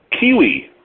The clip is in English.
Kiwi